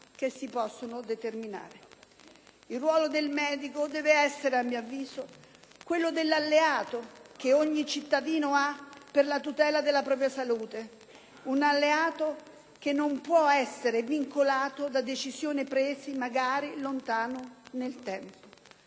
che si possono determinare. Il ruolo del medico deve essere, a mio avviso, quello dell'alleato che ogni cittadino ha per la tutela della propria salute; un alleato che non può essere vincolato da decisioni prese magari lontano nel tempo.